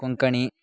Konkani